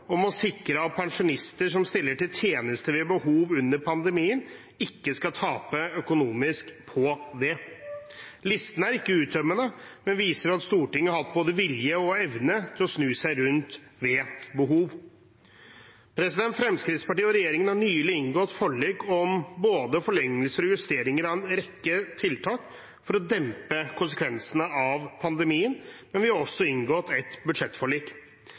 om å sikre at pensjonister som stiller til tjeneste ved behov under pandemien, ikke skal tape økonomisk på det. Listen er ikke uttømmende, men viser at Stortinget har hatt både vilje og evne til å snu seg rundt ved behov. Fremskrittspartiet og regjeringen har nylig inngått forlik om både forlengelser og justeringer av en rekke tiltak for å dempe konsekvensene av pandemien, men vi har også inngått et budsjettforlik.